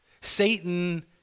Satan